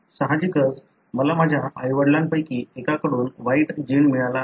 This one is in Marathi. साहजिकच मला माझ्या आईवडिलांपैकी एकाकडून वाईट जीन मिळाला असेल